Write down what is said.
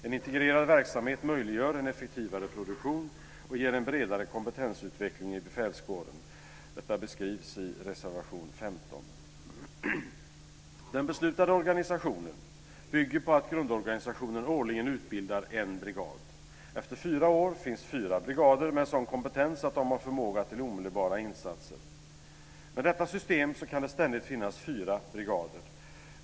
En integrerad verksamhet möjliggör en effektivare produktion och ger en bredare kompetensutveckling i befälskåren. Detta beskrivs i reservation 15. Den beslutade organisationen bygger på att grundorganisationen årligen utbildar en brigad. Efter fyra år finns fyra brigader med sådan kompetens att de har förmåga till omedelbara insatser. Med detta system kan det ständigt finnas fyra brigader.